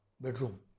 bedroom